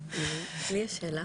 לי יש שאלה.